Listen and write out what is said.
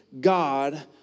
God